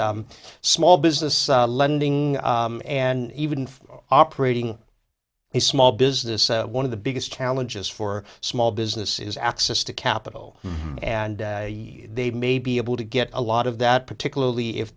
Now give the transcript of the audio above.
small business lending and even operating a small business one of the biggest challenges for small business is access to capital and they may be able to get a lot of that particularly if